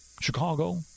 Chicago